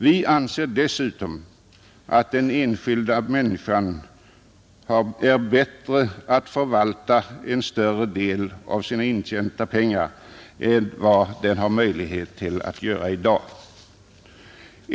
Vi anser dessutom att den enskilda människan bör kunna bättre förvalta en större del av sina intjänta pengar än vad man har möjlighet att göra i dag.